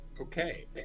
Okay